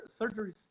surgeries